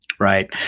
Right